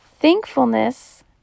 Thankfulness